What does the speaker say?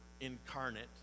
incarnate